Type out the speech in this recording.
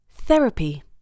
Therapy